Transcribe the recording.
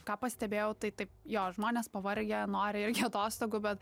ką pastebėjau tai taip jo žmonės pavargę nori irgi atostogų bet